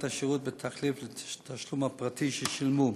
השירות כתחליף לתשלום הפרטי ששילמו.